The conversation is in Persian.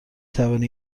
توانی